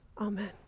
Amen